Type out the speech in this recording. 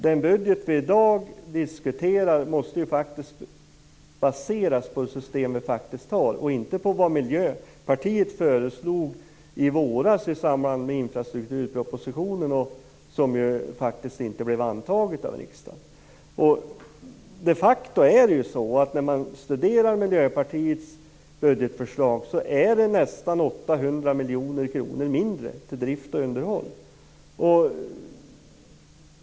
Den budget vi i dag diskuterar måste baseras på det system vi faktiskt har, och inte på vad Miljöpartiet föreslog i våras i samband med infrastrukturpropositionen. Det blev ju inte antaget av riksdagen. När man studerar Miljöpartiets budgetförslag ser man de facto att det finns nästan 800 miljoner kronor mindre till drift och underhåll.